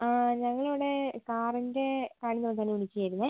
ആ ഞങ്ങളിവിടെ കാറിൻ്റെ പണി നോക്കാൻ വേണ്ടി വിളിക്കുവായിരുന്നു